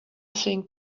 think